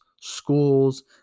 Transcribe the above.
schools